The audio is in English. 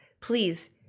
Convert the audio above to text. please